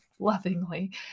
lovingly